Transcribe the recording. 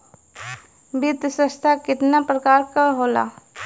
वित्तीय संस्था कितना प्रकार क होला?